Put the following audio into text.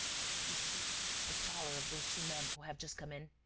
you see the taller of those two men who have just come in?